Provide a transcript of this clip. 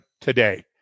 today